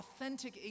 authentic